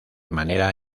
manera